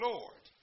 Lord